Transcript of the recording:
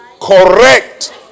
correct